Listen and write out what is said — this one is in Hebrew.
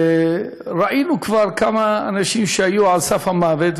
ראינו כבר כמה אנשים היו על סף המוות,